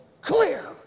clear